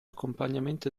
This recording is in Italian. accompagnamento